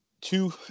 two